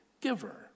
giver